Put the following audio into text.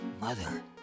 Mother